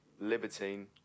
libertine